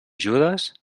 judes